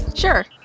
Sure